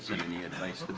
any advice?